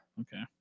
Okay